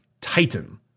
Titan